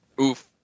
Oof